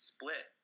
Split